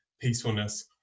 peacefulness